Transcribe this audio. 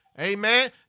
amen